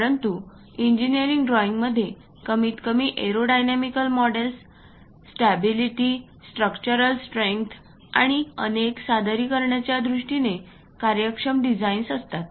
परंतु इंजिनिअरिंग ड्रॉइंगमध्ये कमीतकमी aerodynamical models stability structural strength आणि अनेक सादरीकरणाच्या दृष्टीने कार्यक्षम डिझाईन्स असतात